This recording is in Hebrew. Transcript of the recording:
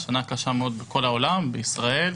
שנה קשה מאוד בכל העולם ובישראל.